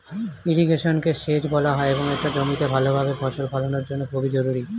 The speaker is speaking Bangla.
ইরিগেশনকে সেচ বলা হয় এবং এটা জমিতে ভালোভাবে ফসল ফলানোর জন্য খুবই জরুরি